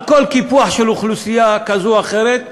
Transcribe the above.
על כל קיפוח של אוכלוסייה כזאת או אחרת,